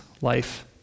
life